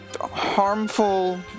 harmful